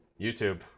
YouTube